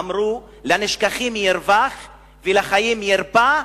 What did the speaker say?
ואמרו: "לנשכחים ירווח ולחיים ירפא,